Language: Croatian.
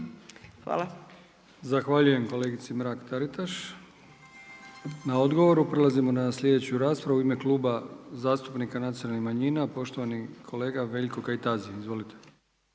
(HDZ)** Zahvaljujem kolegici Anki Mrak-Taritaš na odgovoru. Prelazimo na sljedeću raspravu. U ime Kluba zastupnika Nacionalnih manjina poštovani kolega Veljko Kajtazi. Izvolite.